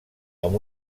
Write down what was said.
amb